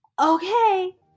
okay